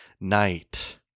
Night